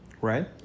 Right